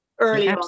early